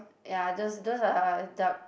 ya those those are dark